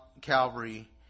Calvary